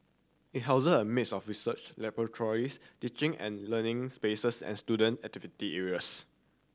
it houses a mix of research laboratories teaching and learning spaces and student activity areas